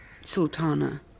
Sultana